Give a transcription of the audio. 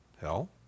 hell